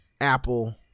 Apple